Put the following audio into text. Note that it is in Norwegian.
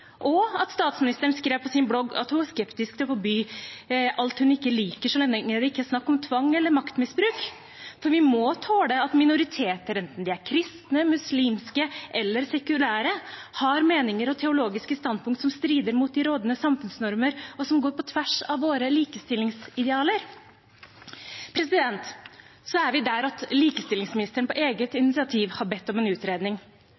og at statsministeren skrev på sin blogg at hun var skeptisk til å forby alt hun ikke likte så lenge det ikke var snakk om tvang eller maktmisbruk. For vi må tåle at minoriteter, enten de er kristne, muslimske eller sekulære, har meninger og teologiske standpunkt som strider imot de rådende samfunnsnormer, og som går på tvers av våre likestillingsidealer. Så er vi der at likestillingsministeren på eget initiativ har bedt om en utredning,